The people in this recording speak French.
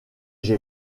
j’ai